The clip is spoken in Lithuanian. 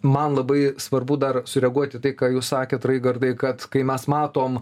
man labai svarbu dar sureaguot į tai ką jūs sakėt raigardai kad kai mes matom